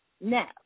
No